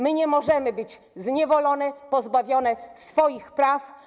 My nie możemy być zniewolone, pozbawione swoich praw.